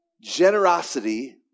generosity